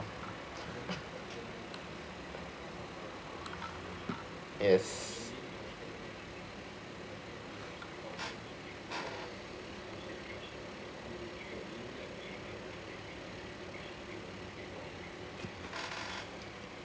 yes